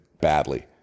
badly